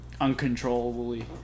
uncontrollably